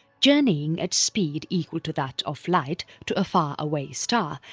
journeying at speed equal to that of light to a far-away star,